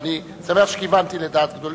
ואני שמח שכיוונתי לדעת גדולים.